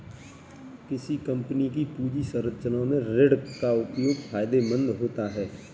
किसी कंपनी की पूंजी संरचना में ऋण का उपयोग फायदेमंद होता है